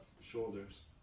shoulders